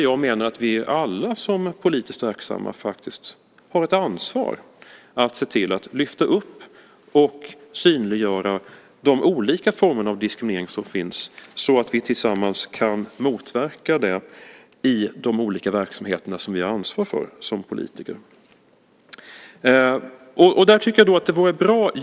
Jag menar att vi alla som politiskt verksamma har ett ansvar att lyfta upp och synliggöra de olika former av diskriminering som finns så att vi tillsammans kan motverka dem i de olika verksamheter som vi har ansvar för som politiker.